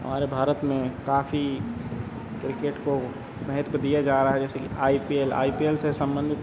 हमारे भारत में काफ़ी क्रिकेट को महत्व दिया जा रहा है जैसे कि I P L I P L से संबंधित